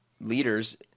leaders